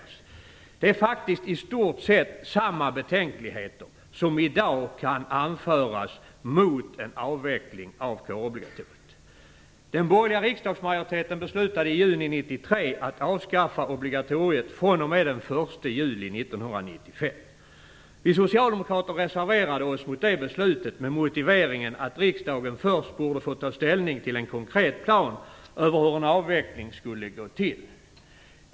Det var då det, Margitta Edgren. Det är faktiskt i stort sett samma betänkligheter som i dag kan anföras mot en avveckling av kårobligatoriet. 1995. Socialdemokraterna reserverade sig mot beslutet med motiveringen att riksdagen först borde få ta ställning till en konkret plan över hur en avveckling skulle gå till.